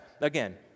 again